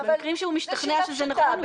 ובמקרים שהוא משתכנע שזה נכון הוא יגיד.